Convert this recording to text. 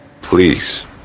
please